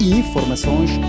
informações